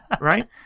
Right